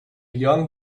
young